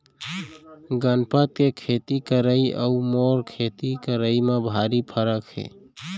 गनपत के खेती करई अउ मोर खेती करई म भारी फरक हे